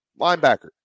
linebacker